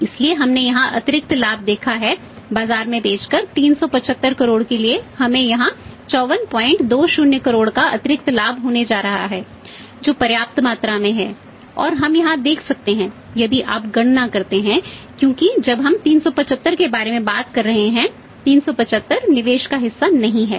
इसलिए हमने यहां अतिरिक्त लाभ देखा है बाजार में बेचकर 375 करोड़ के लिए हमें यहां 5420 करोड़ का अतिरिक्त लाभ होने जा रहा है जो पर्याप्त मात्रा में है और हम यहां देख सकते हैं यदि आप गणना करते हैं क्योंकि जब हम 375 के बारे में बात कर रहे हैं 375 निवेश का हिस्सा नहीं है